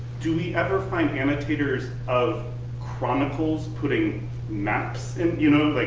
do we ever find annotators of chronicles putting maps, and you know, like